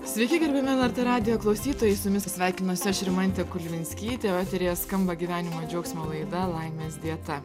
sveiki gerbiami lrt radijo klausytojai su jumis sveikinuosi aš rimantė kulvinskytė o eteryje skamba gyvenimo džiaugsmo laida laimės dieta